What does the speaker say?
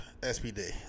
SPD